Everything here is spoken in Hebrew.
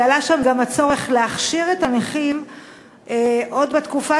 כי עלה שם גם הצורך להכשיר את הנכים עוד בתקופה